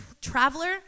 traveler